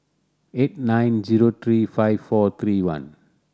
eight nine zero three five four three one